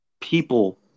people